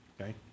Okay